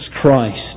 Christ